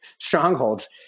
strongholds